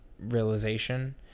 realization